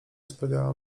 sprawiało